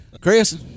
chris